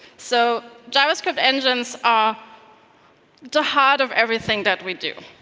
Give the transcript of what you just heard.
so javascript engines are the heart of everything that we do.